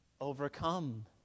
overcome